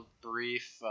brief